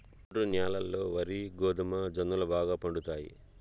ఒండ్రు న్యాలల్లో వరి, గోధుమ, జొన్నలు బాగా పండుతాయి